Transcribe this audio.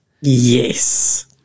Yes